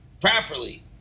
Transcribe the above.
properly